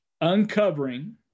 uncovering